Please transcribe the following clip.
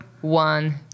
one